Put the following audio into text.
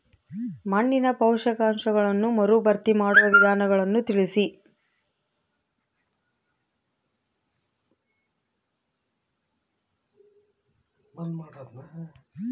ಮಣ್ಣಿನ ಪೋಷಕಾಂಶಗಳನ್ನು ಮರುಭರ್ತಿ ಮಾಡುವ ವಿಧಾನಗಳನ್ನು ತಿಳಿಸಿ?